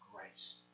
grace